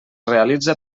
realitza